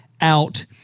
out